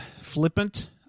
flippant